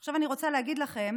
עכשיו, אני רוצה להגיד לכם